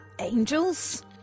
angels